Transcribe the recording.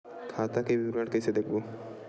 खाता के विवरण कइसे देखबो?